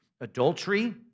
adultery